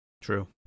True